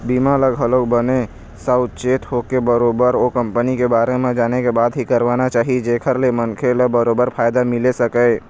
बीमा ल घलोक बने साउचेत होके बरोबर ओ कंपनी के बारे म जाने के बाद ही करवाना चाही जेखर ले मनखे ल बरोबर फायदा मिले सकय